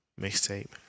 mixtape